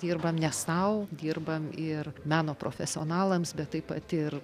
dirbam ne sau dirbam ir meno profesionalams bet taip pat ir